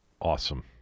Awesome